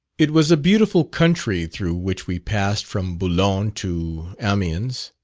it was a beautiful country through which we passed from boulogne to amiens.